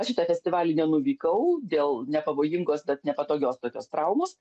aš į tą festivalį nenuvykau dėl nepavojingos bet nepatogios tokios traumos